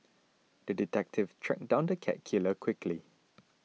the detective tracked down the cat killer quickly